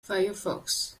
firefox